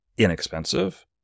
inexpensive